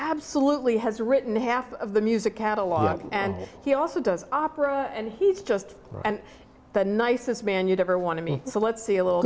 absolutely has written half of the music catalog and he also does opera and he's just and the nicest man you'd ever want to me so let's see a little